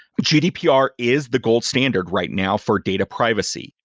but gdpr is the gold standard right now for data privacy.